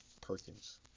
Perkins